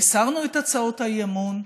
הסרנו את הצעות האי-אמון,